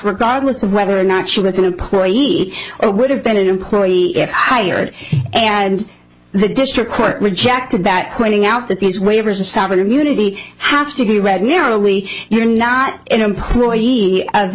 regardless of whether or not she was an employee or would have been an employee if hired and the district court rejected that pointing out that these waivers of sound immunity have to be read narrowly you're not an employee of